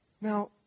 Now